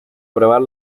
probar